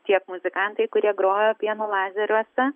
tiek muzikantai kurie grojo pieno lazeriuose